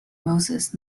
moses